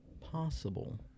possible